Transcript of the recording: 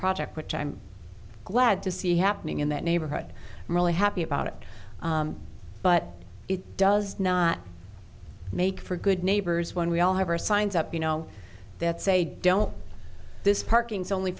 project which i'm glad to see happening in that neighborhood i'm really happy about it but it does not make for good neighbors when we all have our signs up you know that say don't this